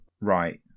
Right